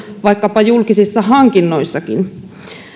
vaikkapa julkisissa hankinnoissakin